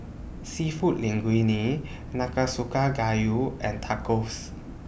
Seafood Linguine Nanakusa Gayu and Tacos